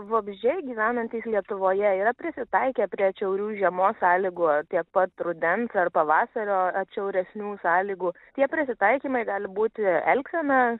vabzdžiai gyvenantys lietuvoje yra prisitaikę prie atšiaurių žiemos sąlygų taip pat rudens ar pavasario atšiauresnių sąlygų tie prisitaikymai gali būti elgsena